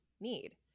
need